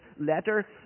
letter